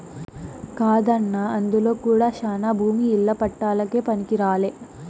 కాదన్నా అందులో కూడా శానా భూమి ఇల్ల పట్టాలకే పనికిరాలే